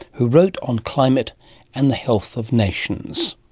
who wrote on climate and the health of nations.